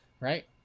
right